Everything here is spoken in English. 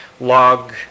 log